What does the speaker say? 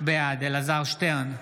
בעד אלעזר שטרן,